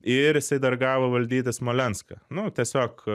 ir jisai dar gavo valdyti smolenską nu tiesiog